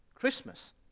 Christmas